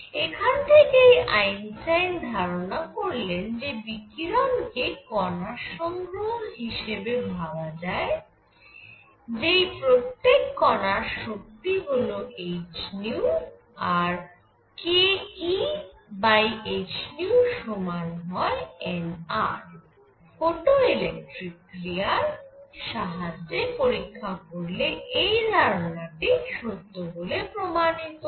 এখান থেকেই আইনস্টাইন ধারণা করলেন যে বিকিরণ কে কণার সংগ্রহ হিসেবে ভাবা যায় যেই প্রত্যেক কণার শক্তি হল hν আর k E বাই h ν সমান হয় n R ফটোইলেক্ট্রিক ক্রিয়ার সাহায্যে পরীক্ষা করলে এই ধারণাটি সত্য বলে প্রমাণিত হয়